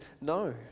no